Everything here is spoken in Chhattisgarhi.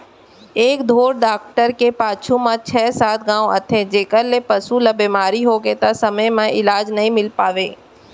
एके ढोर डॉक्टर के पाछू म छै सात गॉंव आथे जेकर ले पसु ल बेमारी होगे त समे म इलाज नइ मिल पावय